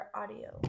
audio